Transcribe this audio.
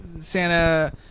Santa